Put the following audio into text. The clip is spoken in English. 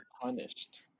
punished